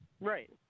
Right